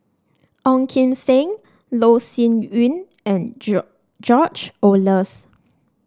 Ong Kim Seng Loh Sin Yun and George Oehlers